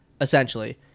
Essentially